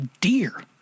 deer